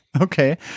Okay